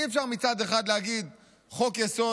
אי-אפשר מצד אחד להגיד: חוק-יסוד,